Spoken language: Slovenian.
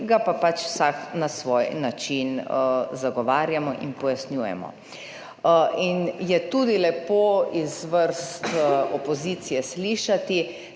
ga pa vsak na svoj način zagovarjamo in pojasnjujemo. In je tudi lepo iz vrst opozicije slišati,